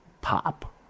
pop